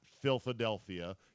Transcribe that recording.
Philadelphia